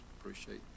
appreciate